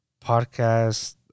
podcast